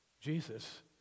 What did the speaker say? Jesus